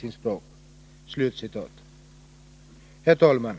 sitt språk.” Herr talman!